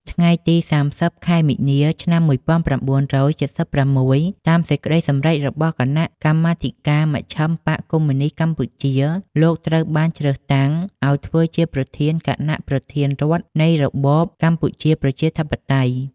ថ្ងៃទី ៣០ ខែមីនា ឆ្នាំ ១៩៧៦ តាមសេចក្តីសម្រេចរបស់គណៈកម្មាធិការមជ្ឈិមបក្សកុម្មុយនីស្តកម្ពុជា លោក ត្រូវបានជ្រើសតាំងឱ្យធើ្វជាប្រធានគណៈប្រធានរដ្ឋនៃរបបកម្ពុជាប្រជាធិបតេយ្យ ។